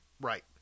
Right